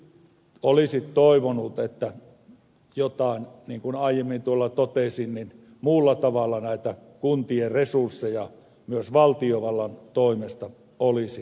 toki olisi toivonut että jollain kuten aiemmin tuolla totesin muulla tavalla näitä kuntien resursseja myös valtiovallan toimesta olisi lisätty